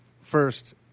first